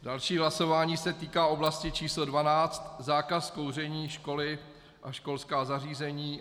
Další hlasování se týká oblasti číslo dvanáct zákaz kouření školy a školská zařízení.